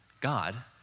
God